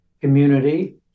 community